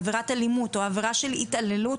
עבירת אלימות או עבירה של התעללות,